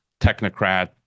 technocrat